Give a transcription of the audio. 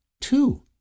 two